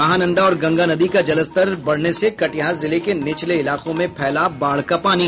महानंदा और गंगा नदी का जलस्तर बढ़ने से कटिहार जिले के निचले इलाकों में फैला बाढ़ का पानी